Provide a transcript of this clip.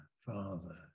father